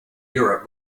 europe